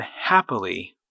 happily